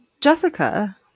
Jessica